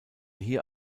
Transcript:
hier